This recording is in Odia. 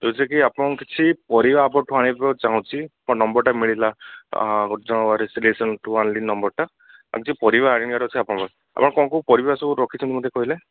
ଯେଉଁଥିରେକି ଆପଣଙ୍କୁ କିଛି ପରିବା ଆପଣଙ୍କଠାରୁ ଆଣିବାକୁ ଚାହୁଁଛି ଆପଣଙ୍କ ନମ୍ବରଟା ମିଳିଲା ଆ ଜଣକ ରେସିଡ଼େଶନଠାରୁ ଆଣିଲି ନମ୍ବରଟା ଏମିତି ପରିବା ଆଣିବାର ଅଛି ଆପଣଙ୍କ ପାଖରୁ ଆପଣ କେଉଁ କେଉଁ ପରିବା ସବୁ ରଖିଛନ୍ତି ମୋତେ ଟିକେ କହିଲେ